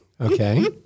Okay